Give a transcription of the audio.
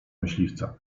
myśliwca